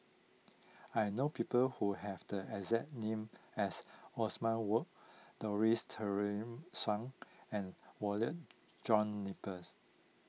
I know people who have the exact name as Othman Wok Dorothy Tessensohn and Walter John Napier